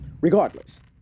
regardless